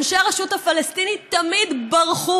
אנשי הרשות הפלסטינית, תמיד ברחו,